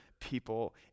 people